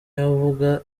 yavaga